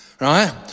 Right